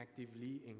actively